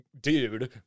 Dude